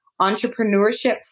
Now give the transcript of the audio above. entrepreneurship